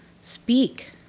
Speak